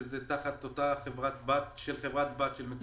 שזה תחת אותה חברת בת של חברת בת של מקורות?